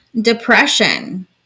depression